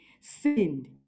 sinned